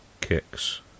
kicks